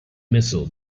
missile